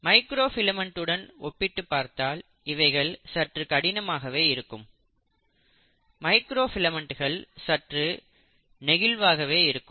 micro ஃபிலமெண்ட்டுடன் ஒப்பிட்டுப் பார்த்தால் இவைகள் சற்று கடினமாகவே இருக்கும் மைக்ரோ ஃபிலமெண்ட்டுகள் சற்று நெகிழ்வாகவே இருக்கும்